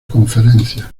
conferencias